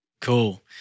Cool